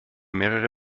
mehrere